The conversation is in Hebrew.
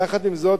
יחד עם זאת,